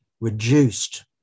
reduced